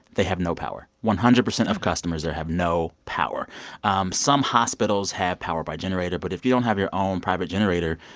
they have no power. one hundred percent of customers there have no power um some hospitals have power by generator. but if you don't have your own private generator,